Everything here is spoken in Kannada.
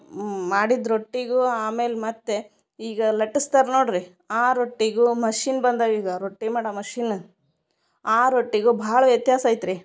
ಮಾಡಿದ ರೊಟ್ಟಿಗೂ ಆಮೇಲೆ ಮತ್ತೆ ಈಗ ಲಟ್ಟಿಸ್ತಾರೆ ನೋಡಿರಿ ಆ ರೊಟ್ಟಿಗೂ ಮೆಷೀನ್ ಬಂದಾವ ಈಗ ರೊಟ್ಟಿ ಮಾಡ ಮಷೀನ್ ಆ ರೊಟ್ಟಿಗು ಭಾಳ ವ್ಯತ್ಯಾಸ ಐತ್ರಿ